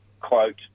quote